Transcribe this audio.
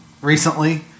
recently